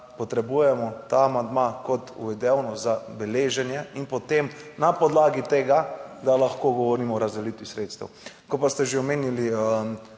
potrebujemo ta amandma kot veljavno za beleženje in potem na podlagi tega, da lahko govorimo o razdelitvi sredstev. Ko pa ste že omenili